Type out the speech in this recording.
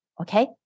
okay